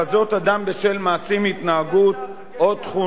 התנהגות או תכונות המיוחסות לו,